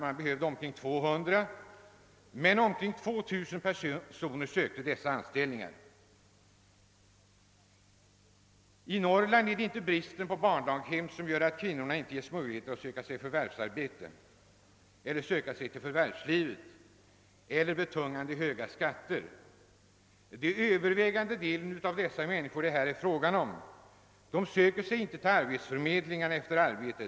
Man behövde omkring 200 personer men omkring 2000 personer sökte dessa anställningar. I Norrland är det varken bristen på barndaghem eller betungande höga skatter som gör att kvinnorna inte har möjlighet att söka sig ut i förvärvslivet. Den övervägande delen av de människor det här är fråga om söker sig inte till arbetsförmedlingarna efter arbete.